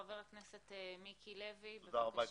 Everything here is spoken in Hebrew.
חבר הכנסת מיקי לוי, בבקשה.